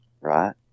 right